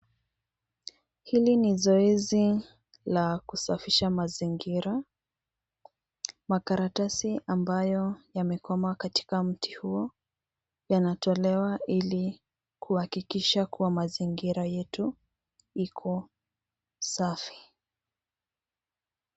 Hili ni zoezi la kusafisha mazingira. Makaratasi ambayo yamekwama katika mti huo yanatolewa ili kuhakikisha kuwa mazingira yetu iko safi.